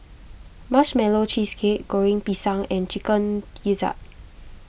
Marshmallow Cheesecake Goreng Pisang and Chicken Gizzard